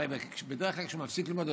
הרי בדרך כלל כשמישהו מפסיק ללמוד,